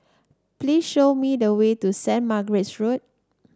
please show me the way to Saint Margaret's Road